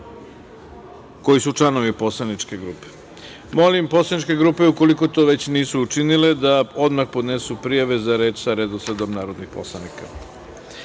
koji su članovi poslaničke grupe. Molim poslaničke grupe, ukoliko to već nisu učinile, da odmah podnesu prijave za reč sa redosledom narodnih poslanika. Saglasno